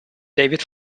david